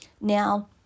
Now